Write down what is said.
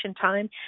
time